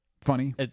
Funny